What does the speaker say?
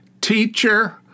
teacher